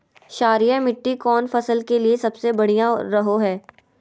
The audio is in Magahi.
क्षारीय मिट्टी कौन फसल के लिए सबसे बढ़िया रहो हय?